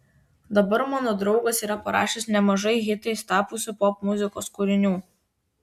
dabar mano draugas yra parašęs nemažai hitais tapusių popmuzikos kūrinių